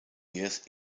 years